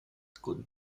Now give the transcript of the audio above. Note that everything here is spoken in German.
guten